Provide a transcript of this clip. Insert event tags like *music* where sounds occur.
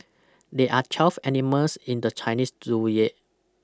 there are twelve animals in the Chinese *unintelligible*